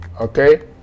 okay